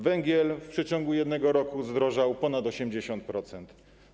Węgiel w przeciągu 1 roku zdrożał o ponad 80%.